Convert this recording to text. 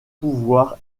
pouvoir